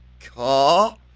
car